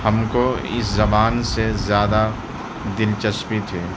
ہم کو اِس زبان سے زیادہ دِلچسپی تھی